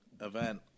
event